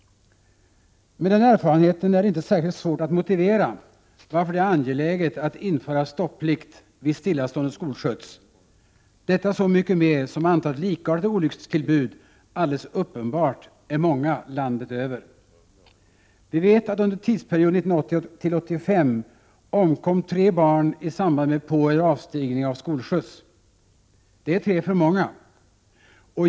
Med den erfarenheten är det inte särskilt svårt att motivera, varför det är angeläget att införa stopplikt vid stillastående skolskjuts — detta så mycket mer som antalet likartade olyckstillbud alldeles uppenbart är stort landet över. Vi vet att under tidsperioden 1980-1985 tre barn omkom i samband med påeller avstigning av skolskjuts. Det är tre för många.